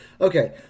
Okay